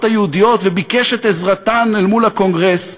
היהודיות וביקש את עזרתן אל מול הקונגרס,